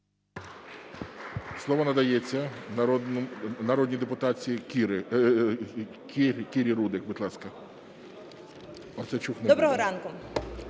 Слово надається народній депутатці Кірі Рудик, будь ласка.